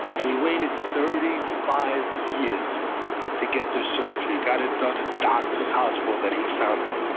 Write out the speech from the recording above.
and he waited thirty five years to get the surgery. he got it done at doctor's hospital, that he founded